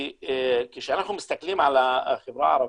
כי כשאנחנו מסתכלים על החברה הערבית,